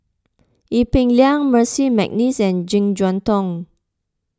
Ee Peng Liang Percy McNeice and Jek Yeun Thong